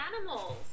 animals